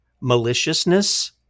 maliciousness